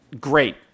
great